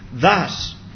Thus